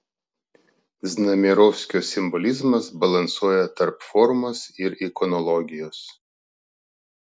znamierovskio simbolizmas balansuoja tarp formos ir ikonologijos